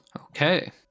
Okay